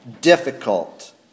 difficult